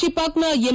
ಚಿಪಾಕ್ನ M